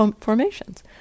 formations